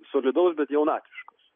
solidaus bet jaunatviškos